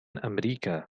أمريكا